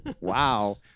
Wow